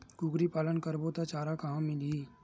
कुकरी पालन करबो त चारा कहां मिलही?